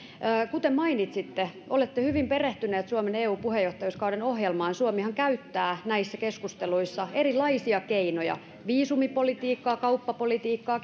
kuten mainitsitte olette hyvin perehtyneet suomen eu puheenjohtajuuskauden ohjelmaan suomihan käyttää näissä keskusteluissa erilaisia keinoja viisumipolitiikkaa kauppapolitiikkaa